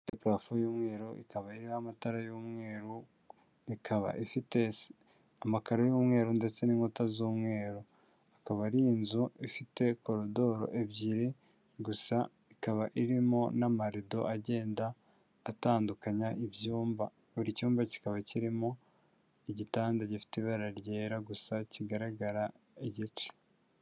Parafu y'umweru ikaba iriho amatara y'umweru, ikaba ifite amakaro y'umweru ndetse n'inkuta z'umweru, akaba ari inzu ifite koridoro ebyiri gusa ikaba irimo n'amarido agenda atandukanya ibyumba, buri cyumba kikaba kirimo igitanda gifite ibara ryera gusa kigaragara igice.